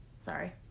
Sorry